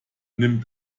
nimmt